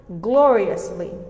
gloriously